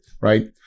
Right